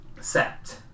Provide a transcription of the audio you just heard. set